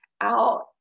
out